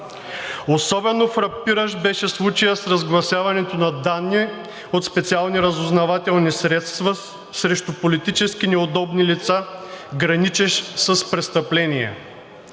Особено фрапиращ беше случаят с разгласяването на данни от специални разузнавателни средства срещу политически неудобни лица, граничещ с престъпление.